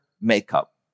makeup